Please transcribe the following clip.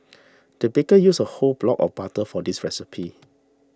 the baker used a whole block of butter for this recipe